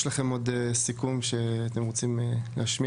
יש לכם עוד סיכום שאתם רוצים להשמיע?